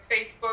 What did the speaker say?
Facebook